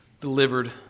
delivered